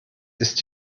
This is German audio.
ist